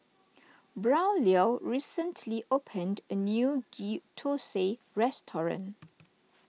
Braulio recently opened a new Ghee Thosai restaurant